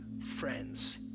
friends